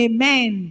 Amen